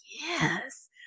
yes